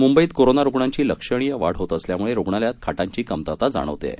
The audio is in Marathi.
मुंबईत कोरोना रुग्णांची लक्षणीय वाढ होत असल्यामुळे रुग्णालयात खाटांची कमतरता जाणवत आहे